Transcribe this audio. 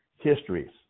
histories